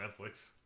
Netflix